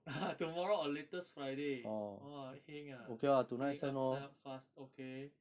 tomorrow or latest friday !wah! heng ah filling up sign up fast okay